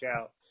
out